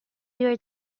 your